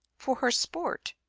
for her sport,